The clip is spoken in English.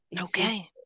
okay